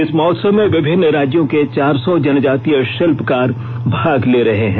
इस महोत्सव में विभिन्न राज्यों के चार सौ जनजातीय शिल्पकार भाग ले रहे हैं